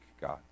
God